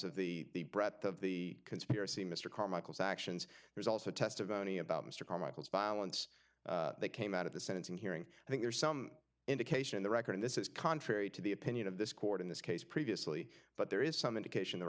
breadth of the conspiracy mr carmichael's actions there's also testimony about mr carmichael violence that came out of the sentencing hearing i think there's some indication the record in this is contrary to the opinion of this court in this case previously but there is some indication the